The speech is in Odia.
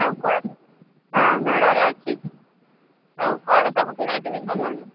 ଆଉ କୁଆଡ଼େ ମେଳାରେ ଅଛି ଆଉ କ'ଣ ସବୁ କିଣାକୁଣି କଲଣି